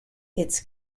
its